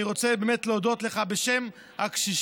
אני רוצה באמת להודות לך בשם הקשישים,